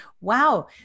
Wow